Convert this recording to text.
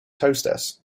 hostess